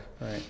right